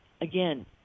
Again